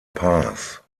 paz